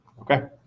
Okay